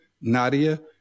Nadia